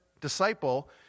disciple